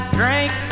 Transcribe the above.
drink